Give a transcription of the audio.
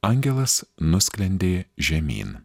angelas nusklendė žemyn